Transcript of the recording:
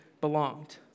belonged